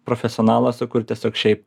profesionalas o kur tiesiog šiaip